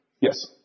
Yes